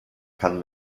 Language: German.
kann